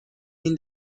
این